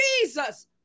Jesus